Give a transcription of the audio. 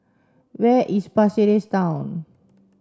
where is Pasir Ris Town